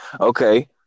Okay